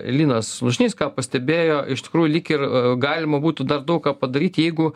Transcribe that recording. linas slušnys ką pastebėjo iš tikrųjų lyg ir galima būtų dar daug ką padaryt jeigu